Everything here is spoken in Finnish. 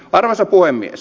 arvoisa puhemies